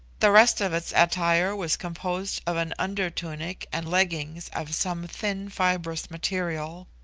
the rest of its attire was composed of an under tunic and leggings of some thin fibrous material.